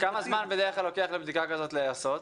כמה זמן בדרך כלל לוקח לבדיקה כזאת להיעשות?